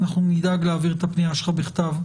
אנחנו נדאג להעביר את הפניה שלך בכתב,